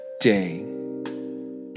day